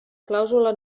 clàusula